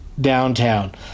Downtown